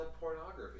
pornography